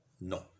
No